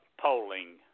polling